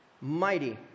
mighty